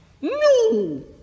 No